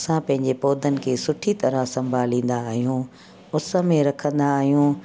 असां पंहिंजे पोधनि खे सुठी तरहं सम्भालींदा आहियूं उस में रखंदा आहियूं